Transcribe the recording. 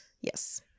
Yes